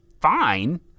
fine